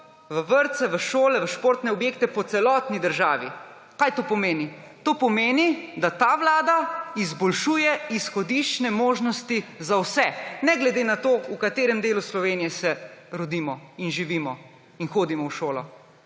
v vrtce, v šole, v športne objekte po celotni državi. Kaj to pomeni? To pomeni, da ta vlada izboljšuje izhodiščne možnosti za vse, ne glede na to, v katerem delu Slovenije se rodimo in živimo in kje hodimo v šolo.